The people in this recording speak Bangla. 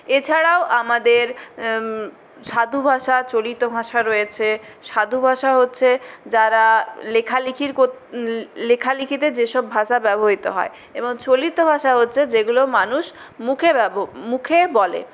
এছাড়াও আমাদের সাধুভাষা চলিতভাষা রয়েছে সাধুভাষা হচ্ছে যারা লেখালিখি করতে লেখালিখিতে যেসব ভাষা ব্যবহৃত হয় এবং চলিত ভাষা হচ্ছে যেগুলো মানুষ মুখে ব্যব মুখে বলে